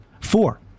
Four